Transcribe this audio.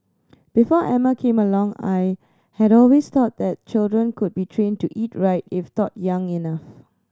before Emma came along I had always thought that children could be trained to eat right if taught young enough